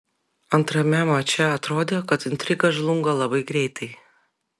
antrame mače atrodė kad intriga žlunga labai greitai